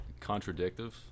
contradictive